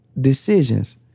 decisions